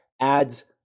adds